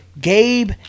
Gabe